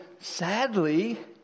sadly